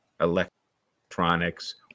electronics